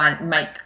make